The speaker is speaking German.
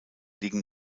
liegen